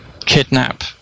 kidnap